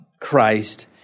Christ